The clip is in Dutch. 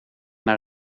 naar